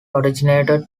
originated